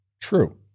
true